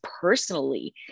personally